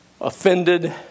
offended